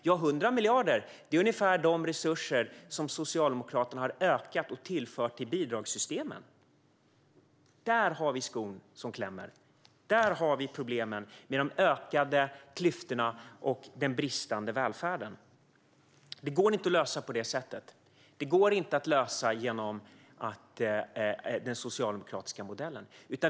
Ja, det är ungefär de resurser som Socialdemokraterna har ökat och tillfört till bidragssystemen. Där har vi skon som klämmer. Där har vi problemen med de ökade klyftorna och med den bristande välfärden. Det går inte att lösa detta på det sättet. Det går inte att lösa det med den socialdemokratiska modellen.